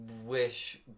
wish